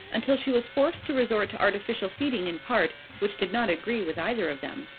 until she was forced to resort to artificial feeding in part, which did not agree with either of them.